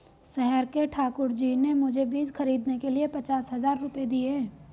शहर के ठाकुर जी ने मुझे बीज खरीदने के लिए पचास हज़ार रूपये दिए